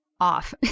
off